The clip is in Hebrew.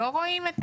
לא רואים את